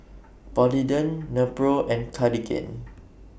Polident Nepro and Cartigain